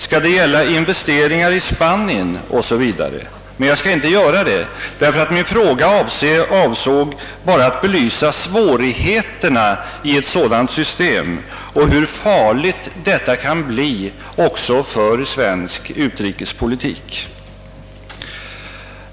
Skall det gälla investeringar i Spanien? Men jag skall inte göra det; min fråga avsåg bara att belysa svårigheterna med ett sådant system och visa hur farligt detta kan bli också för vår utrikespolitik.